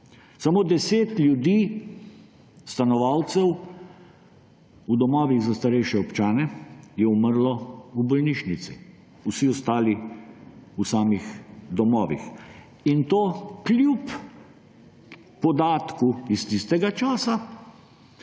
Samo 10 ljudi, stanovalcev v domovih za starejše občane, je umrlo v bolnišnici. Vsi ostali v samih domovih, in to kljub podatku iz tistega časa,